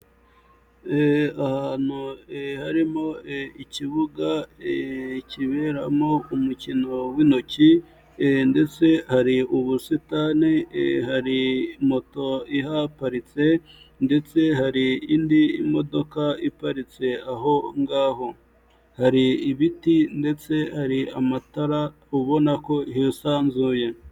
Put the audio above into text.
Ahantu harimo ikibuga kiberamo umukino w'intoki ndetse hari ubusitani, hari moto ihaparitse ndetse hari indi modoka iparitse aho ngaho, hari ibiti ndetse hari amatara ubona ko hisanzuye.